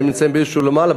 הם נמצאים באיזשהו מקום למעלה,